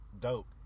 Dope